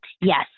Yes